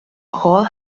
hall